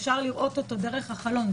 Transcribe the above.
אפשר לראות אותו דרך החלון,